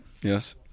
Yes